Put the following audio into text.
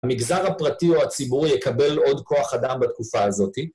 המגזר הפרטי או הציבורי יקבל עוד כוח אדם בתקופה הזאתי.